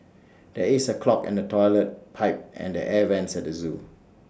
there is A clog in the Toilet Pipe and the air Vents at the Zoo